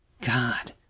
God